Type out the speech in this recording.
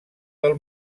del